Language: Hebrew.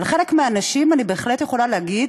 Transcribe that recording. על חלק מהאנשים אני בהחלט יכולה להגיד